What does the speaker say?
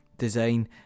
Design